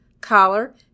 collar